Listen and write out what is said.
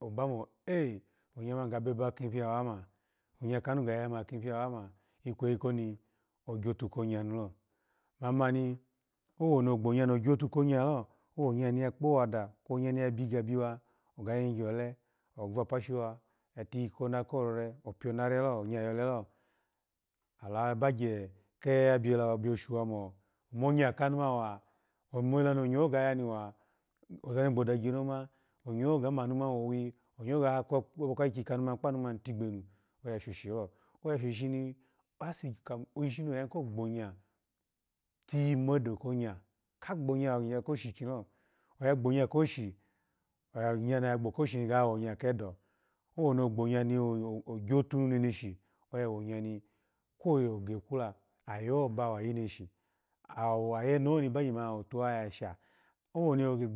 Oba mo e-onya mani ga bebe pin ya wa ma, onya ka nu ga ya ma kin ya wa ma ikweyi koni ogyitu ko onya mi lo. Mani owoni ogyotu ko onya lo, owo onya ni ya kpo owanda kwe ya yo biga biwa kweyi ova apashi wa oya tikpo kona ko rore opye re lo, onya yo ole lo. Ala bagye ke-e abyi oshu wa mo omonya kanu mani wa, omo oza ni onya wo ga ya ni wa, ozani gbodagye ni yoma, onya wo manu mani wo owiyi, onya wo ga kwabwa ka ayiki kanu mani kpa anu mani ya tigbenu oya shoshi lo. Oya shoshi shini oya yimu ko gbo onya, tiyi medo ko onya, ka gbo anya ko oshi kin lo, onya ni oya gbo ko oshi ga wonya kedo. Owoni ogbo onya ni ogyotu nu, oya wonya ni kwo ogekwu la ayiwo ba wayi neshi, ayene wo ni bagye ma out wa ya sha. Owoni oya yimu